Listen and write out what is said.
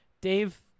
Dave